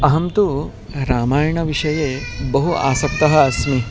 अहं तु रामायणविषये बहु आसक्तः अस्मि